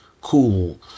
cool